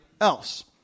else